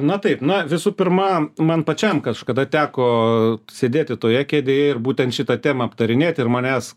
na taip na visų pirma man pačiam kažkada teko sėdėti toje kėdėje ir būtent šitą temą aptarinėt ir manęs